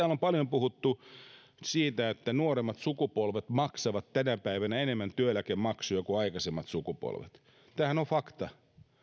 on paljon puhuttu siitä että nuoremmat sukupolvet maksavat tänä päivänä enemmän työeläkemaksuja kuin aikaisemmat sukupolvet tämähän on fakta